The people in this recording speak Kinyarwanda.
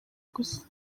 gusa